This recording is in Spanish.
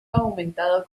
aumentado